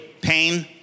Pain